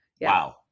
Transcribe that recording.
Wow